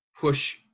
push